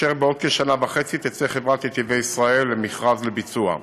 ובעוד כשנה וחצי תצא חברת "נתיבי ישראל" למכרז לביצוע.